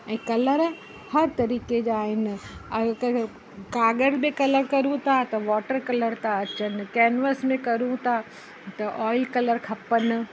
ऐं कलर हर तरीक़े जा आहिनि ऐं हिक क काॻर में कलर कयूं था त वाटर कलर था अचनि कैनवस में कयूं था त ऑयल कलर खपनि